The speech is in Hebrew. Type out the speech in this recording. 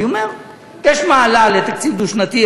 אני אומר: יש מעלה לתקציב דו-שנתי,